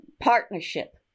partnership